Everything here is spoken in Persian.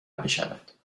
بشود